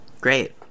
great